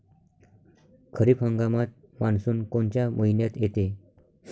खरीप हंगामात मान्सून कोनच्या मइन्यात येते?